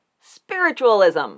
spiritualism